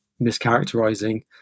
mischaracterizing